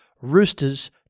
Roosters